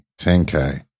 10K